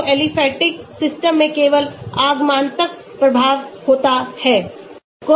तो aliphatic system में केवल आगमनात्मक प्रभाव होता है